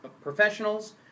professionals